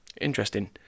interesting